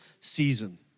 season